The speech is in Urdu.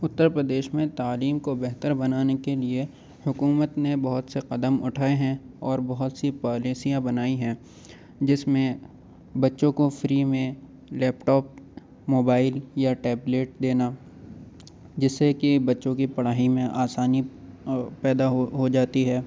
اتّر پردیش میں تعلیم کو بہتر بنانے کے لیے حکومت نے بہت سے قدم اٹھائے ہیں اور بہت سی پالیسیاں بنائی ہیں جس میں بچوں کو فری میں لیپ ٹاپ موبائل یا ٹیبلیٹ دینا جس سے کہ بچوں کی پڑھائی میں آسانی پیدا ہو جاتی ہے